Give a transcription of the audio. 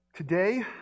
Today